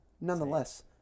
Nonetheless